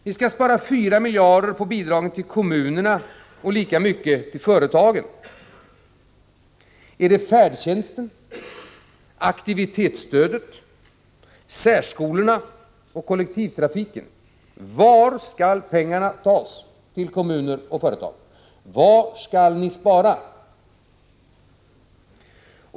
Ni skall spara 4 miljarder på bidragen till kommunerna och lika mycket på bidragen till företagen. Gäller det färdtjänsten, aktivitetsstödet, särskolorna och kollektivtrafiken? Var skall pengarna tas när det gäller kommunerna och företagen? Var skall ni spara? 3.